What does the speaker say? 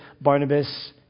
Barnabas